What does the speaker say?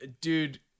Dude